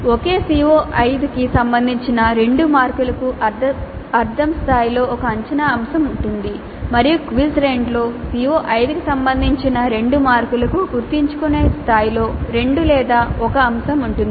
ఒకే CO5 కి సంబంధించిన 2 మార్కులకు అర్ధం స్థాయిలో ఒక అంచనా అంశం ఉంటుంది మరియు క్విజ్ 2 లో CO5 కి సంబంధించిన 2 మార్కులకు గుర్తుంచుకో స్థాయిలో 2 లేదా 1 అంశం ఉంటుంది